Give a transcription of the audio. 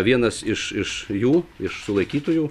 vienas iš iš jų iš sulaikytųjų